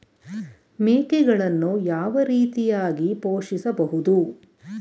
ಮೇಕೆಗಳನ್ನು ಯಾವ ರೀತಿಯಾಗಿ ಪೋಷಿಸಬಹುದು?